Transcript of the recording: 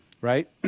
Right